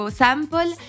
sample